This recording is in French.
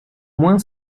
moins